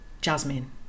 Jasmine